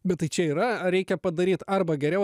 bet tai čia yra ar reikia padaryt arba geriau